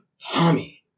Tommy